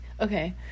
okay